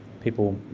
people